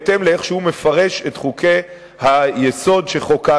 בהתאם לאיך שהוא מפרש את חוקי-היסוד שחוקקנו.